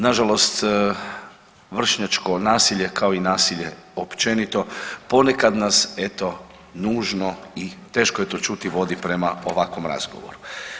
Nažalost, vršnjačko nasilje, kao i nasilje općenito ponekad nas eto nužno i teško je to čut i vodi prema ovakvom razgovoru.